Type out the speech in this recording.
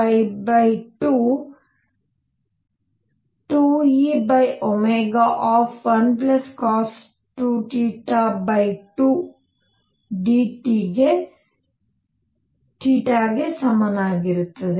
ಆದ್ದರಿಂದ ಇದು AApdx 222E1cos2θ2dθ ಗೆ ಸಮಾನವಾಗಿರುತ್ತದೆ